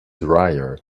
dryer